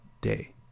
day